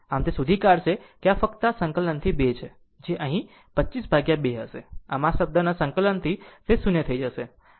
આમ તે શોધી કાઢશે કે આ ફક્ત આ સંકલનથી 2 છે જે પણ આવશે તે 252 હશે આમ આ શબ્દના સંકલનથી તે 0 થઈ જશે